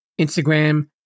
Instagram